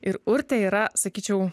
ir urtė yra sakyčiau